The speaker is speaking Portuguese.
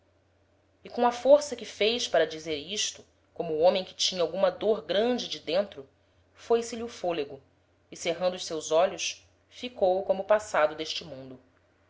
e com a força que fez para dizer isto como homem que tinha alguma dôr grande de dentro foi-se-lhe o folego e cerrando os seus olhos ficou como passado d'este mundo